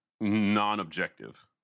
non-objective